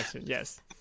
Yes